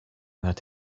that